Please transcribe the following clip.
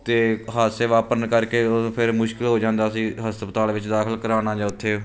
ਅਤੇ ਹਾਦਸੇ ਵਾਪਰਨ ਕਰਕੇ ਉਦੋਂ ਫਿਰ ਮੁਸ਼ਕਿਲ ਹੋ ਜਾਂਦੀ ਸੀ ਹਸਪਤਾਲ ਵਿੱਚ ਦਾਖਲ ਕਰਾਉਣਾ ਜਾਂ ਉੱਥੇ